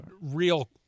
real